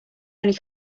only